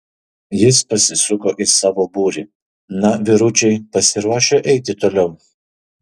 jis pasisuko į savo būrį na vyručiai pasiruošę eiti toliau